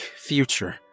future